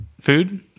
food